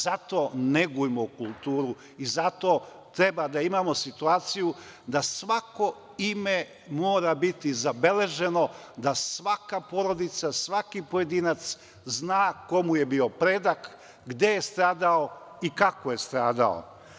Zato negujmo kulturu i zato treba da imamo situaciju da svako ime mora biti zabeleženo, da svaka porodica, svaki pojedinac zna ko mu je bio predak, gde mu je stradao i kako je stradao.